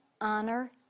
honor